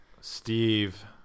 Steve